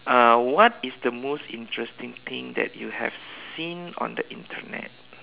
uh what is the most interesting thing that you have seen on the Internet